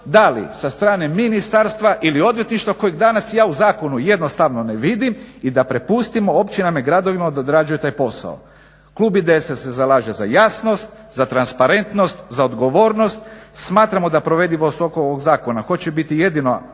da li sa strane Ministarstva ili odvjetništva kojeg danas ja u zakonu jednostavno ne vidim i da prepustimo općinama i gradova da odrađuju taj posao. Klub IDS-a se zalaže za jasnost, za transparentnost, za odgovornost. Smatramo da provedivost oko ovog zakona hoće biti jedino